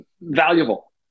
valuable